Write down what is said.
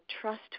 trust